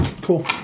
Cool